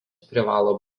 privalo